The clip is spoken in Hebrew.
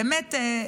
באמת,